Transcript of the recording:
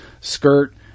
skirt